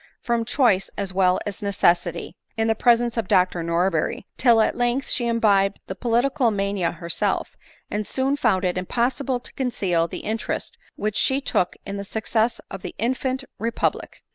from choice as well as necessity, in the presence of dr norberry, till at length she imbibed the political mania herself and soon found it impossible to conceal the interest which she took in the success of the infant repub lic.